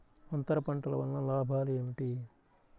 అంతర పంటల వలన లాభాలు ఏమిటి?